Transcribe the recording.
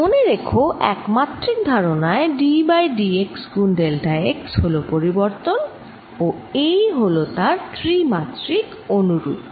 মনে রেখো একমাত্রিক ধারণায় d বাই d x গুন ডেল্টা x হল পরিবর্তন ও এই হল তার ত্রিমাত্রিক অনুরূপ